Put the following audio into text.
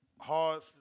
hard